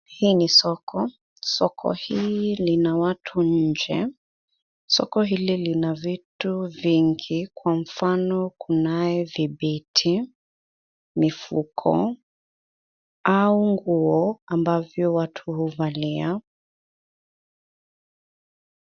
Hii ni soko, soko hii lina watu nje. Soko hili lina vitu vingi, kwa mfano kunaye vibeti, mifuko au nguo ambavyo watu huvalia.